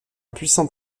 puissant